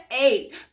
eight